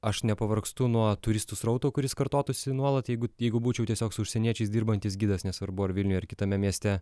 aš nepavargstu nuo turistų srauto kuris kartotųsi nuolat jeigu jeigu būčiau tiesiog su užsieniečiais dirbantis gidas nesvarbu ar vilniuje ar kitame mieste